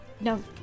No